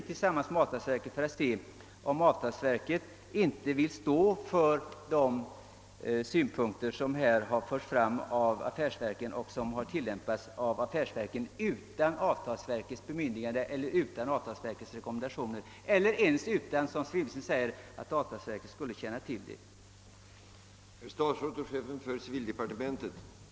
En sådan prövning skulle visa om avtalsverket inte vill stå för de synpunkter som förts fram av affärsverken och som tillämpats av dessa utan avtalsverkets bemyndigande eller rekommendationer eller ens — som civilministern säger — utan att avtalsverket skulle känna till detta förhållande.